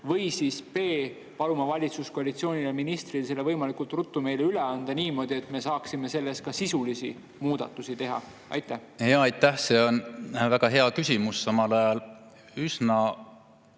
või paluma valitsuskoalitsioonil ja ministril selle võimalikult ruttu meile üle anda niimoodi, et me saaksime selles ka sisulisi muudatusi teha? Aitäh! See on väga hea küsimus, samal ajal üsna